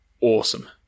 awesome